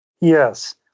Yes